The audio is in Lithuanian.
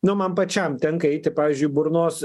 nu man pačiam tenka eiti pavyzdžiui burnos